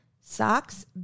Socks